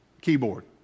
keyboard